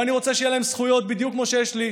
ואני רוצה שיהיו להם זכויות בדיוק כמו שיש לי,